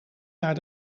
naar